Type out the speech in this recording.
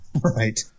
Right